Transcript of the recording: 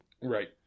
right